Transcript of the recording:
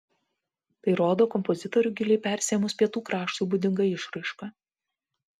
tai rodo kompozitorių giliai persiėmus pietų kraštui būdinga išraiška